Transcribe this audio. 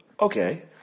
Okay